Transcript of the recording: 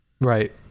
Right